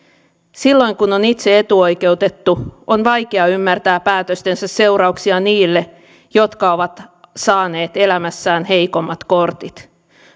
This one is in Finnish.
silloin kun itse on etuoikeutettu on vaikea ymmärtää päätöstensä seurauksia niille jotka ovat saaneet elämässään heikommat kortit